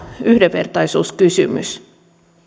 yhdenvertaisuuskysymys